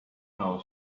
know